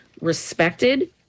respected